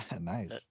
Nice